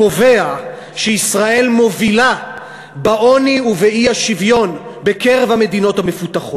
קובע שישראל מובילה בעוני ובאי-שוויון בקרב המדינות המפותחות.